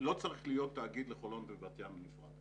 לא צריך להיות תאגיד לחולון ולבת ים בנפרד,